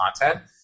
content